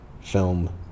film